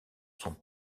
sont